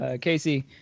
Casey